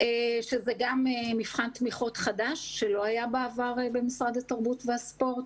זה גם מבחן תמיכות חדש שלא היה בעבר במשרד התרבות והספורט,